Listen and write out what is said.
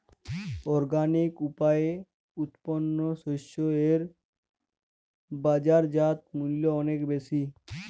organic উপায়ে উৎপন্ন শস্য এর বাজারজাত মূল্য অনেক বেশি